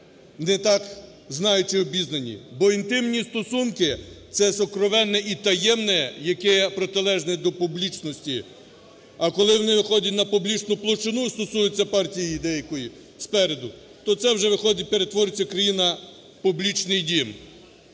не так знають чи обізнані. Бо інтимні стосунки – це сокровенне і таємне, яке є протилежне до публічності. А коли вони виходять на публічну площину, стосується партії деякої спереду, то це виходить, перетворюється країна в публічний дім.